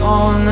on